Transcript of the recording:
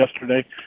yesterday